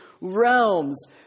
realms